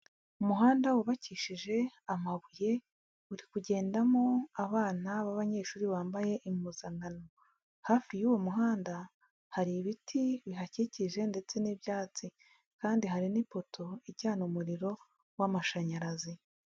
Umuhanda wubakishije amabuye, uri kugendamo abana b'abanyeshuri bambaye impuzankano, hafi y'uwo muhanda hari ibiti bihakikije ndetse n'ibyatsi kandi hari n'ipoto ijyana umuriro w'amashanyarazi.